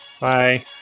Bye